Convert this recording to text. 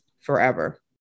forever